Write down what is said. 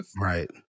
Right